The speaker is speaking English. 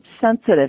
sensitive